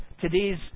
today's